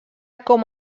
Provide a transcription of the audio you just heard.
com